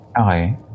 Okay